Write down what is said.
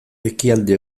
ekialde